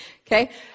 okay